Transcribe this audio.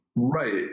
Right